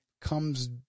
comes